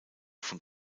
von